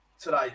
today